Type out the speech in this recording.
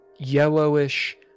yellowish